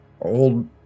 old